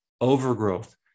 overgrowth